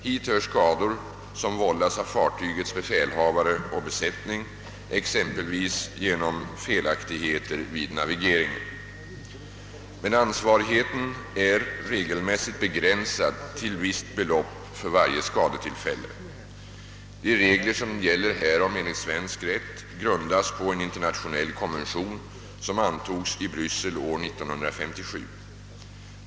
Hit hör skador som vållas av fartygets befälhavare och besättning, exempelvis genom felaktigheter vid navigeringen. Ansvarigheten är emellertid regelmässigt begränsad till visst belopp för varje skadetillfälle. De regler som gäller härom enligt svensk rätt grundas på en internationell konvention som antogs i Bryssel år 1957.